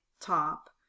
top